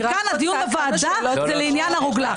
כי כאן הדיון בוועדה זה לעניין הרוגלה.